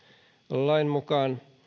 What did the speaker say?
lain mukaan